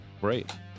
Great